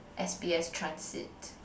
s_b_s Transit